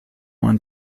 one